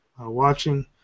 watching